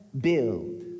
build